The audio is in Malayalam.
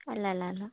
അല്ലല്ല അല്ല